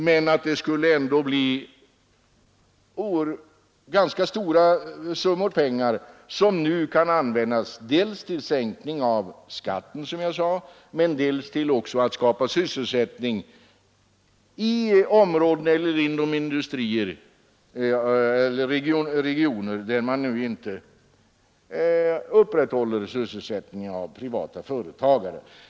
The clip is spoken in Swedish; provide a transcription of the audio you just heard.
Men det skulle ändå bli ganska stora summor som nu kan användas dels till att sänka skatten, dels till att skapa sysselsättning i områden eller regioner där man inte upprätthåller sysselsättningen genom privata företagare.